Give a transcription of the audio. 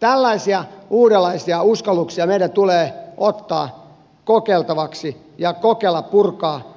tällaisia uudenlaisia uskalluksia meidän tulee ottaa kokeiltavaksi ja kokeilla purkaa